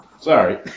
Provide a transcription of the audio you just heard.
Sorry